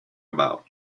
about